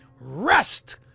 Rest